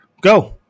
Go